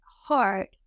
heart